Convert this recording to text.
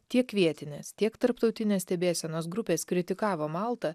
tiek vietinės tiek tarptautinės stebėsenos grupės kritikavo maltą